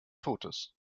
totes